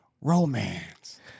romance